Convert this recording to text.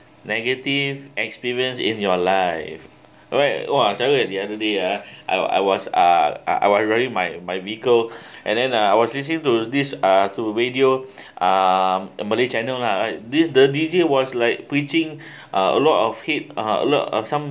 negative experience in your life wait !wah! so at the other day uh I was uh I was I was driving my my vehicle and then uh I was received to this uh to radio uh malay channel lah right this the D_J was like pitching a lot of hit a lot of some